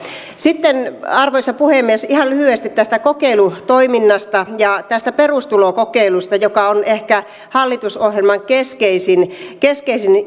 sitten arvoisa puhemies ihan lyhyesti tästä kokeilutoiminnasta ja tästä perustulokokeilusta joka on ehkä hallitusohjelman keskeisin keskeisin